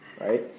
right